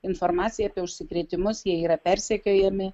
informaciją apie užsikrėtimus jie yra persekiojami